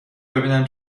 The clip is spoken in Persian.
ببینم